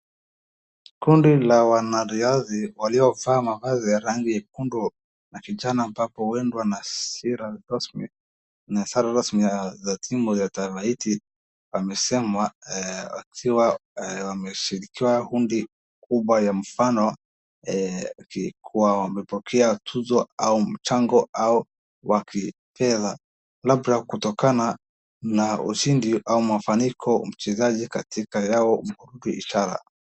Kundi la wanariadha waliovaa mavazi ya rangi nyekundu na kijani ambapo huenda ni sare rasmi za timu ya taraiti wamesimama wakiwa wameshikilia bundi kubwa ya mfano, ikiwa wamepokea tuzo au mchango wa kifedha labda kutokana na ushindi au mafanikio ya mchezaji kati yao mkuki iishara.